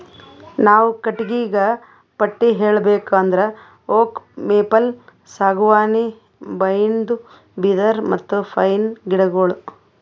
ನಾವ್ ಕಟ್ಟಿಗಿಗಾ ಪಟ್ಟಿ ಹೇಳ್ಬೇಕ್ ಅಂದ್ರ ಓಕ್, ಮೇಪಲ್, ಸಾಗುವಾನಿ, ಬೈನ್ದು, ಬಿದಿರ್, ಮತ್ತ್ ಪೈನ್ ಗಿಡಗೋಳು